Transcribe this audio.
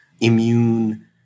immune